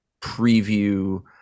preview